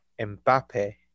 Mbappe